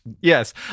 Yes